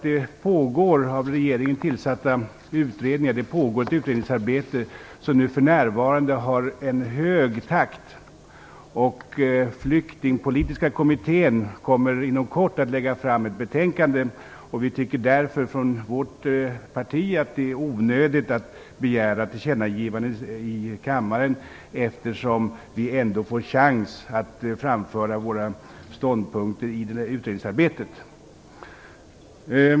Det pågår nämligen ett utredningsarbete som för närvarande har en hög takt. Flyktingpolitiska kommittén kommer inom kort att lägga fram ett betänkande. Vi tycker därför att det är onödigt att begära tillkännagivanden i kammaren, eftersom vi ändå får chans att framföra våra ståndpunkter i utredningsarbetet.